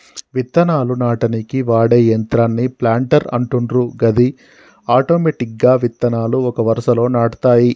విత్తనాలు నాటనీకి వాడే యంత్రాన్నే ప్లాంటర్ అంటుండ్రు గది ఆటోమెటిక్గా విత్తనాలు ఒక వరుసలో నాటుతాయి